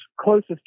closest